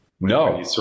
No